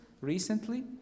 recently